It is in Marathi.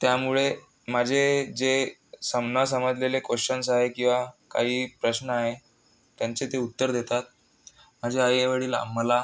त्यामुळे माझे जे सम् न समजलेले क्वस्चन्स आहे किंवा काही प्रश्न आहे त्यांचे ते उत्तर देतात माझे आईवडिल आम् मला